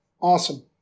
Awesome